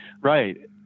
Right